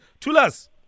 Tulas